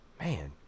Man